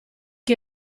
chi